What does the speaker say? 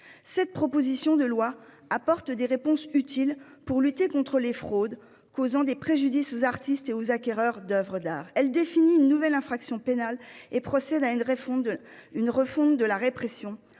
Cette proposition de loi apporte des réponses utiles pour lutter contre les fraudes causant des préjudices aux artistes et aux acquéreurs d'oeuvres d'art. Elle définit une nouvelle infraction pénale et procède à une refonte de la répression,